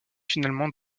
finalement